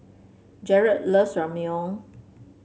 Jarret loves Ramyeon